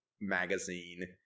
magazine